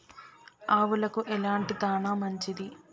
ఆవులకు ఎలాంటి దాణా మంచిది?